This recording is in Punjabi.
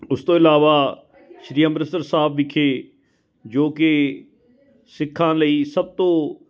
ਉਸ ਤੋਂ ਇਲਾਵਾ ਸ਼੍ਰੀ ਅੰਮ੍ਰਿਤਸਰ ਸਾਹਿਬ ਵਿਖੇ ਜੋ ਕਿ ਸਿੱਖਾਂ ਲਈ ਸਭ ਤੋਂ